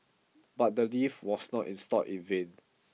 but the lift was not installed in vain